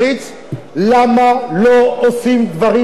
למה לא עושים דברים שהם נכונים,